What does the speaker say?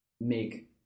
make